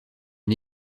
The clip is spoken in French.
une